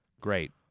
great